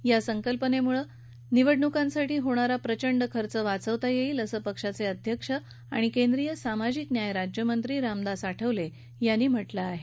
या संकल्पनेमुळे निवडणुकांसाठी होणारा प्रचंड खर्च वाचवता येईल असं पक्षाचे अध्यक्ष आणि केंद्रीय सामाजिक न्याय राज्यमंत्री रामदास आठवले यांनी म्हटलं आहे